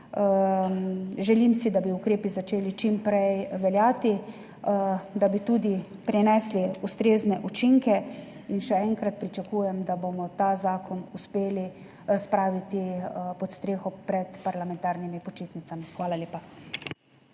Želim si, da bi ukrepi začeli čim prej veljati, da bi tudi prinesli ustrezne učinke. In še enkrat, pričakujem, da bomo ta zakon uspeli spraviti pod streho pred parlamentarnimi počitnicami. Hvala lepa.